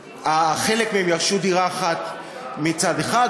חלק מהם ירשו מצד אחד,